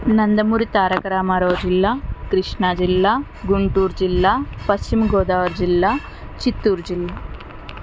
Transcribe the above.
నందమూరి తారకరామారావు జిల్లా కృష్ణాజిల్లా గుంటూరు జిల్లా పశ్చిమగోదావరి జిల్లా చిత్తూరు జిల్లా